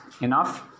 enough